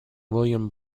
william